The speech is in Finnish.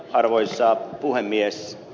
arvoisa puhemies